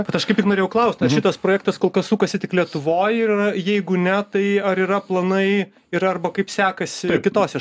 bet aš kaip ir norėjau klaust ar šitas projektas kol kas sukasi tik lietuvoj ir jeigu ne tai ar yra planai ir arba kaip sekasi kitose